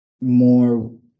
more